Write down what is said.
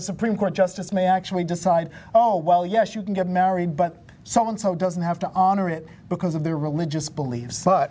supreme court justice may actually decide oh well yes you can get married but someone so doesn't have to honor it because of their religious beliefs but